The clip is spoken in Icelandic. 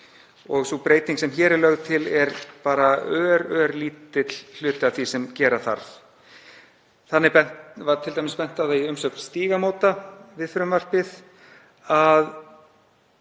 Sú breyting sem hér er lögð til er bara örlítill hluti af því sem gera þarf. Þannig var t.d. bent á það í umsögn Stígamóta við frumvarpið að